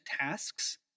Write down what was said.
tasks